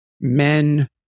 men